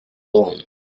lawn